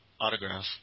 autograph